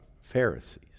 Pharisees